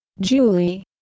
Julie